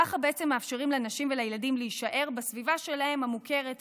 ככה בעצם מאפשרים לנשים ולילדים להישאר בסביבה המוכרת שלהם,